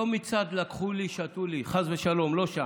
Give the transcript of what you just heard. לא מצד "לקחו לי, שתו לי", חס ושלום, לא שם,